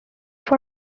for